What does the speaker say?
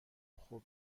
خوب